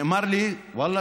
נאמר לי: ואללה,